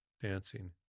dancing